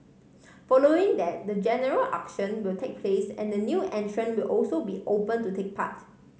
following that the general auction will take place and the new entrant will also be open to take part